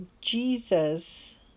Jesus